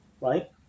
right